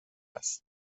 است